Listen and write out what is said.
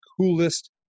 coolest